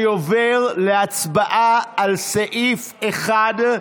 אני עובר להצבעה על סעיף 1,